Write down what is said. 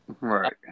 Right